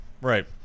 Right